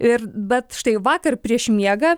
ir bet štai vakar prieš miegą